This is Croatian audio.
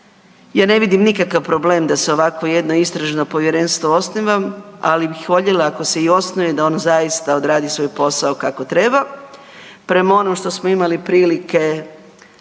ja ne vidim nikakav problem da se ovakvo jedno Istražno povjerenstvo osniva, ali bih voljela, ako se i osnuje, da on zaista odradi svoj posao kako treba. Prema onom što smo imali prilike čuti,